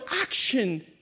action